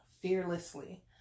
fearlessly